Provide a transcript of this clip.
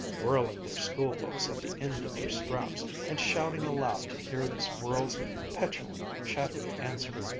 whirling their school-books at the end of their straps, and shouting aloud to hear the squirrel's petulant, chattering answer.